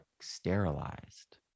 sterilized